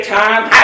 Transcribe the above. time